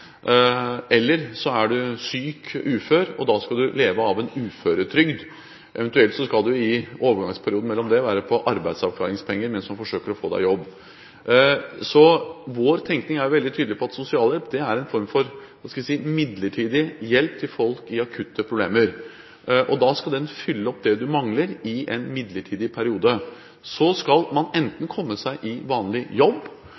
eller så er du syk, ufør. Da skal du leve av en uføretrygd, eventuelt skal du i en overgangsperiode gå på arbeidsavklaringspenger mens man forsøker å få deg i jobb. Vår tenkning er veldig tydelig på at sosialhjelp er en form for midlertidig hjelp til folk med akutte problemer. Da skal den fylle opp det du mangler i en midlertidig periode. Så skal man enten komme seg i vanlig jobb,